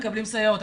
מקבלים סייעות,